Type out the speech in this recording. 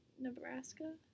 Nebraska